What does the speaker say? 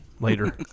later